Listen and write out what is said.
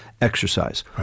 exercise